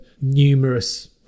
Numerous